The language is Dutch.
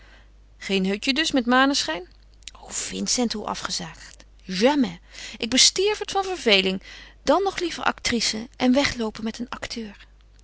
geen hutje dus met maneschijn o vincent hoe afgezaagd jamais ik bestierf het van verveling dan noch liever actrice en wegloopen met een acteur